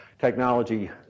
technology